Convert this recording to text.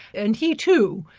and he too,